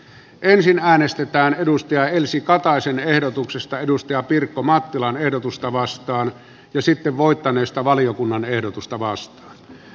ensin äänestetään elsi kataisen ehdotuksesta pirkko mattilan ehdotusta vastaan ja sitten voittaneesta valiokunnan ehdotusta vastaan